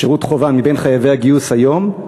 שירות חובה מחייבי הגיוס היום?